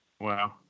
Wow